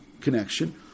connection